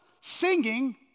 Singing